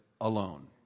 alone